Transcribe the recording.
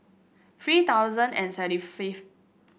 three thousand and seventy fifth